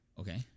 Okay